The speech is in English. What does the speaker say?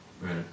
Right